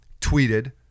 tweeted